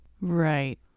right